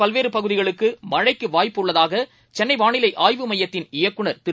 பல்வேறுபகுதிகளுக்குமழைக்குவாய்ப்பு உள்ளதாகசென்னைவானிலைஆய்வு தமிழகத்தின் மையத்தின் இயக்குநர் திரு